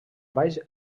baix